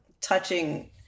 touching